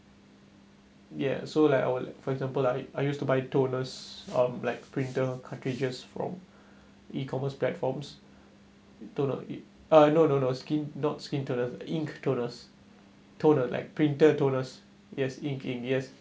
ya so like I will for example I I used to buy toners um like printer cartridges from E-commerce platforms toner ink uh no no no skin not skin toner ink toners toner like printer toners it has ink in yes